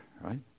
right